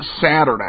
Saturday